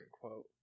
quote